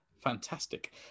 Fantastic